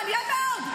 מעניין מאוד.